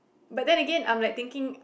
but then Again I'm like thinking